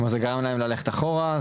זה גרם להם ללכת אחורה?